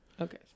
Okay